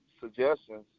suggestions